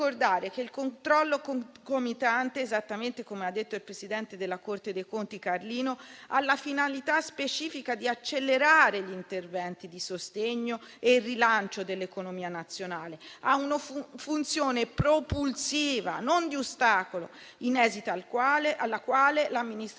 ricordare che il controllo concomitante - esattamente come ha detto il presidente della Corte dei conti, Carlino - «ha la finalità specifica di accelerare gli interventi di sostegno e rilancio dell'economia nazionale, ha una funzione propulsiva» non di ostacolo «in esito alla quale l'amministrazione